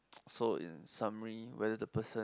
so in summary whether the person